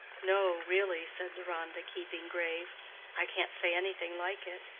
no, really, said deronda, keeping grave i can't say anything like it.